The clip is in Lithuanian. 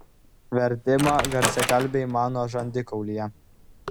vertimą garsiakalbiui mano žandikaulyje